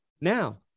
now